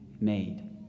made